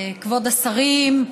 כבוד השרים,